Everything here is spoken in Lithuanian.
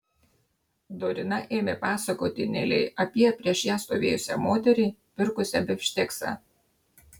dorina ėmė pasakoti nelei apie prieš ją stovėjusią moterį pirkusią bifšteksą